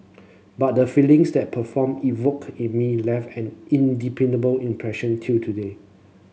but the feelings that perform evoked in me left an impression till today